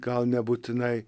gal nebūtinai